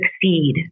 succeed